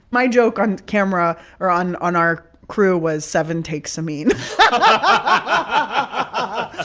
my joke on camera or on on our crew was seven take samin yeah but i